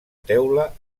teula